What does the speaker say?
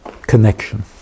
connection